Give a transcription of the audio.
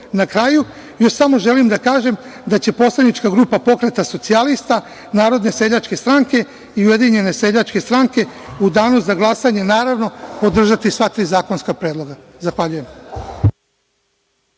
kraju, još samo želim da kažem da će poslanička grupa Pokreta socijalista Narodne seljačke stranke i Ujedinjene seljačke stranke u danu za glasanje podržati sva tri zakonska predloga. Zahvaljujem.